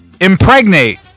Impregnate